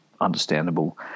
understandable